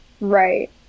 Right